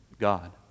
God